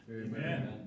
amen